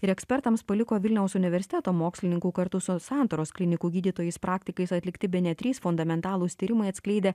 ir ekspertams paliko vilniaus universiteto mokslininkų kartu su santaros klinikų gydytojais praktikais atlikti bene trys fundamentalūs tyrimai atskleidę